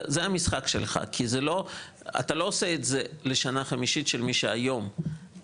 זה המשחק שלך כי אתה לא עושה את זה לשנה החמישית של מי שהיום עולה.